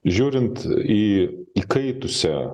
žiūrint į įkaitusią